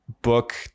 Book